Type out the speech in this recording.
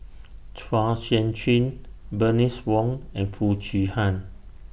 Chua Sian Chin Bernice Wong and Foo Chee Han